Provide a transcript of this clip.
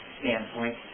standpoint